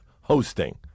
hosting